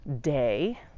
day